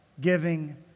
giving